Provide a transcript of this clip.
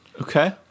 Okay